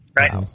right